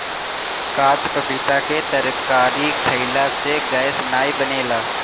काच पपीता के तरकारी खयिला से गैस नाइ बनेला